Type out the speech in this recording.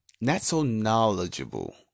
not-so-knowledgeable